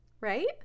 Right